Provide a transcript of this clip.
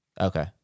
Okay